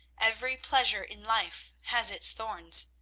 every pleasure in life has its thorns.